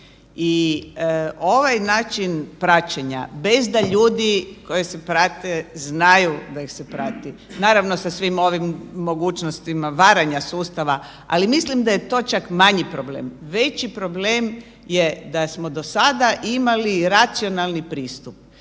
I ovaj način praćenja bez da ljudi koje se prate znaju da ih se prati, naravno sa svim ovim mogućnostima varanja sustava, ali mislim da je to čak manji problem, veći problem je da smo do sada imali racionalni pristup.